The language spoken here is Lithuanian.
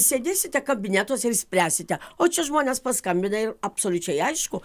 sėdėsite kabinetuose ir išspręsite o čia žmonės paskambina ir absoliučiai aišku